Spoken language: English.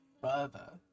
further